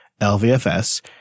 LVFS